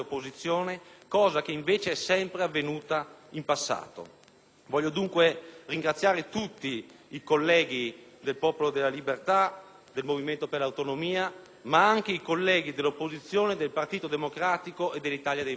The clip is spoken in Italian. Voglio dunque ringraziare tutti i colleghi del Popolo della libertà, del Movimento per l'autonomia, ma anche i colleghi dell'opposizione, del Partito democratico e dell'Italia dei valori.